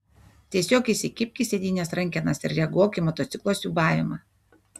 tiesiog įsikibk į sėdynės rankenas ir reaguok į motociklo siūbavimą